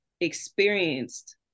experienced